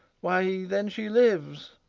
why, then she lives.